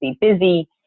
busy